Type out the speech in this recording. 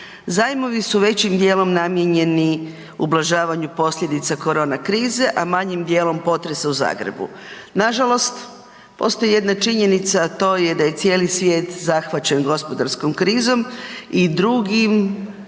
Zajmovi su većim dijelom namijenjeni ublažavanju posljedica korona krize, a manjim dijelom potresa u Zagrebu. Nažalost, postoji jedna činjenica, a to je da je cijeli svijet zahvaćen gospodarskom krizom i drugim